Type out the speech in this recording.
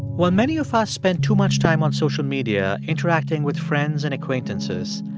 while many of us spend too much time on social media interacting with friends and acquaintances,